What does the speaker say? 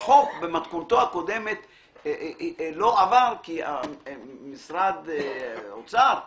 החוק במתכונתו הקודמת לא עבר כי משרד האוצר אמר,